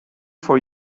for